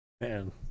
Man